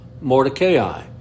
mordecai